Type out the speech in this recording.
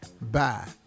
Bye